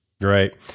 Right